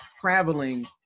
traveling